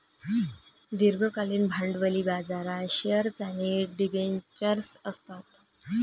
दीर्घकालीन भांडवली बाजारात शेअर्स आणि डिबेंचर्स असतात